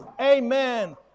amen